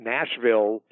Nashville